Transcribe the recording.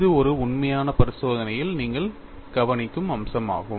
இது ஒரு உண்மையான பரிசோதனையில் நீங்கள் கவனிக்கும் அம்சமாகும்